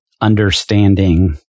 understanding